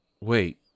Wait